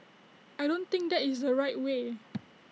I don't think that is the right way